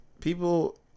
people